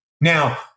Now